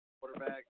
quarterback